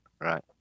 Right